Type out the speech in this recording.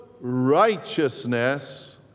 righteousness